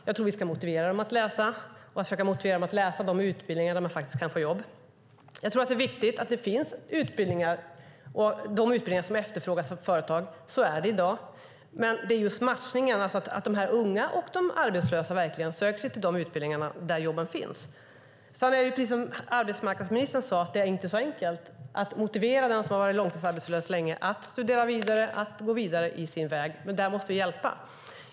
Jag tror att vi ska motivera dem att läsa och försöka motivera dem att läsa de utbildningar där de faktiskt kan få jobb. Jag tror att det är viktigt att de utbildningar som efterfrågas av företag finns. Så är det i dag. Det handlar dock just om matchningen, att unga och arbetslösa verkligen söker sig till de utbildningar där jobben finns. Sedan är det precis som arbetsmarknadsministern sade inte så enkelt att motivera den som har varit långtidsarbetslös länge att studera vidare och gå vidare på sin väg. Där måste vi hjälpa.